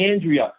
Andrea